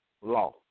law